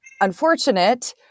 unfortunate